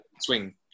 swing